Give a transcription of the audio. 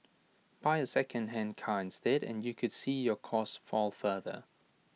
buy A second hand car instead and you could see your costs fall further